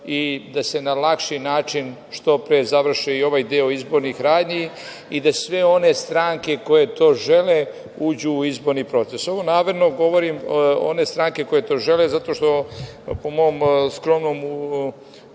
da se na lakši način što pre završi i ovaj deo izbornih radnji i da sve one stranke koje to žele uđu u izborni proces. Ovo namerno govorim, one stranke koje to žele, zato što po mom skromnom uverenju